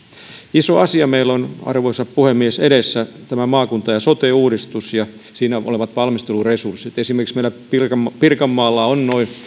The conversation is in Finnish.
iso asia meillä on arvoisa puhemies edessä tämä maakunta ja sote uudistus ja siinä olevat valmisteluresurssit esimerkiksi meillä pirkanmaalla pirkanmaalla on noin